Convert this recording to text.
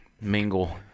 mingle